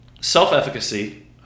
Self-efficacy